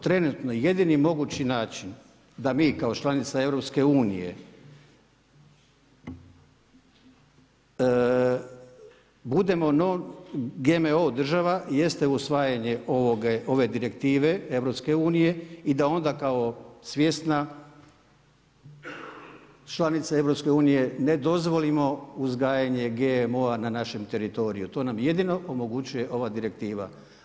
Trenutno jedini mogući način da mi kao članica EU, budemo GMO država jeste usvajanje ove direktive EU i da onda kao svjesna članica EU, ne dozvolimo uzgajanje GMO-a na našem teritoriju, to nam jedino omogućuje ova direktiva.